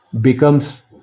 becomes